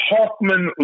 Hoffman